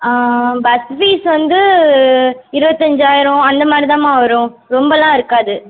bus fees வந்து இருபத்தஞ்சாயிரம் அந்தமாதிரி தாம்மா வரும் ரொம்பலாம் இருக்காது